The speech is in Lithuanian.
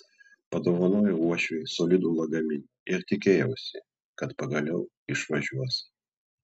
padovanojau uošvei solidų lagaminą ir tikėjausi kad pagaliau išvažiuos